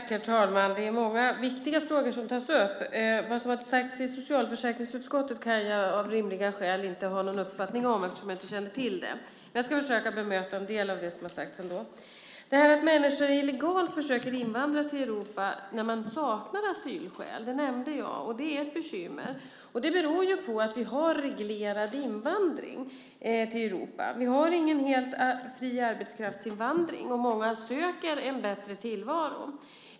Herr talman! Det är många viktiga frågor som här tas upp. Vad som sagts i socialförsäkringsutskottet kan jag rimligen inte ha någon uppfattning om eftersom jag inte känner till det. Jag ska ändå försöka bemöta en del av det som här sagts. Det här med att människor illegalt försöker invandra till Europa när asylskäl saknas är, som jag nämnt, ett bekymmer. Det beror på att vi har reglerad invandring till Europa. Vi har ingen helt fri arbetskraftsinvandring, och många söker en bättre tillvaro.